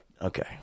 okay